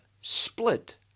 split